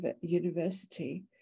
University